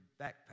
backpack